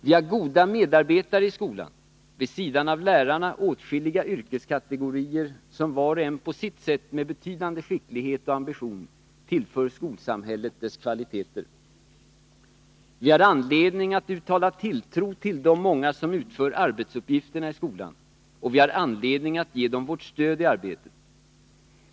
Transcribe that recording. Vi har goda medarbetare i skolan — vid sidan av lärarna åtskilliga yrkeskategorier som var och en på sitt sätt med betydande skicklighet och ambition tillför skolsamhället dess kvaliteter. Vi har anledning att uttala tilltro till de många som utför arbetsuppgifterna i skolan, och vi har anledning att ge dem vårt stöd i arbetet.